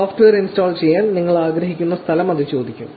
software install ചെയ്യാൻ നിങ്ങൾ ആഗ്രഹിക്കുന്ന സ്ഥലം അത് ചോദിക്കും